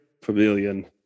Pavilion